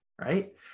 right